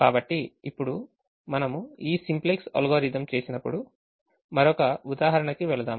కాబట్టి ఇప్పుడు మనం ఈ సింప్లెక్స్ అల్గోరిథం చేసినప్పుడు మరొక ఉదాహరణకి వెళ్దాం